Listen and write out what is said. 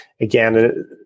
again